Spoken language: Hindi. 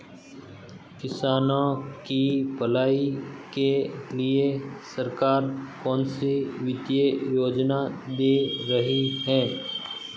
किसानों की भलाई के लिए सरकार कौनसी वित्तीय योजना दे रही है?